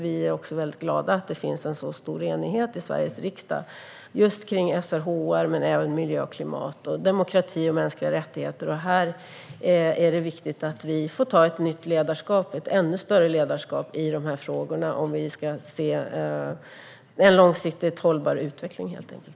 Vi är väldigt glada att det finns en stor enighet i Sveriges riksdag om SRHR men även om miljö och klimat, demokrati och mänskliga rättigheter. Här är det viktigt att vi får ta ett nytt och ännu större ledarskap i de frågorna om vi ska se en långsiktigt hållbar utveckling helt enkelt.